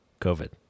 COVID